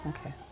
okay